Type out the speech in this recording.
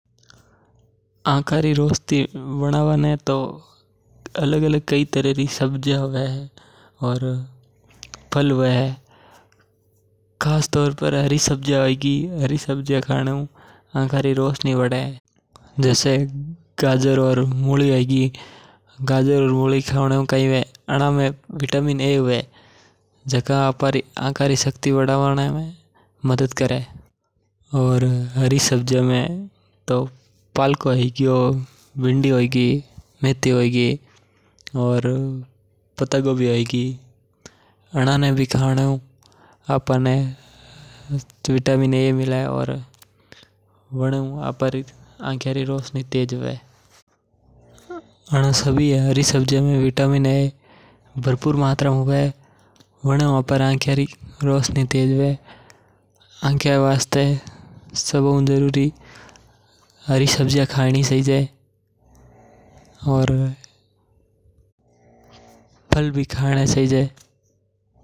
आँख री रोशनी वधावा में तो अलग-अलग कई तरह री सबजिया हवे फल हवे। खासतौर पर हरी सबजी होई गी अनाने ने खावणे हु आँख री रोशनी वडे। गाजर और मूली खावणे हु रोशनी वडे अनामे में विटामिन ए हवे जिके हु आपरी आँख री रोशनी बढ़ावे में मदद करे। हरी सबजिया में तो पळको है गीयो मेथी है गी भिण्डी है गी और भले भी कई सबजिया हैं जिका हु आँख री रोशनी तेज हवे।